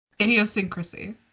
Idiosyncrasy